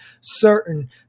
certain